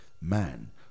man